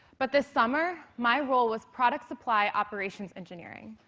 but this summer my role was products supply operations engineering,